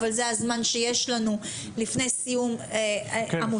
אבל זה הזמן שיש לנו לפני סיום המושב.